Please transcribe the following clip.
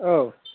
औ